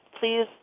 please